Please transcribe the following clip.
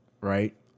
right